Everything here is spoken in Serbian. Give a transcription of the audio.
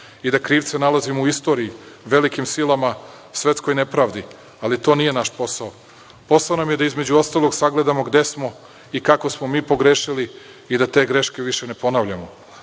i da krivce nalazimo u istoriji, velikim silama, svetskoj nepravdi, ali to nije naš posao. Posao nam je da između ostalog sagledamo gde smo i kako smo mi pogrešili i da te greške više ne ponavljamo. Posao